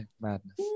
Madness